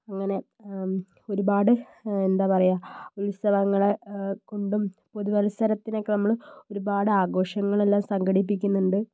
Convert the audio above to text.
അങ്ങനെ ഒരുപാട് എന്താ പറയുക ഉത്സവങ്ങളെ കൊണ്ടും പുതുവത്സരത്തിനൊക്കെ നമ്മൾ ഒരുപാട് ആഘോഷങ്ങളെല്ലാം സംഘടിപ്പിക്കുന്നുണ്ട്